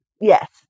Yes